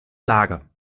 lage